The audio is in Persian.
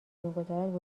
میگذارد